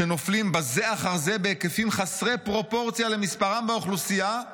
שנופלים בזה אחר זה בהיקפים חסרי פרופורציה למספרם באוכלוסייה,